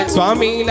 Swami